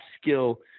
skill